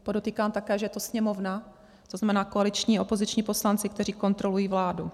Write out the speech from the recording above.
Podotýkám také, že to je Sněmovna, to znamená koaliční, opoziční poslanci, kteří kontrolují vládu.